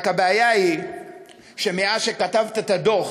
רק הבעיה היא שמאז שכתבת את הדוח